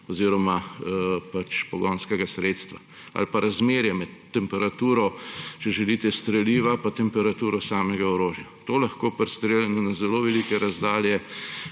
oziroma pogonskega sredstva ali pa razmerje med temperaturo streliva pa temperaturo samega orožja. To lahko pri streljanju na zelo velike razdalje